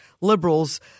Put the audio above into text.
liberals